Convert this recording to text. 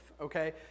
okay